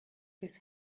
his